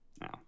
No